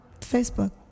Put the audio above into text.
Facebook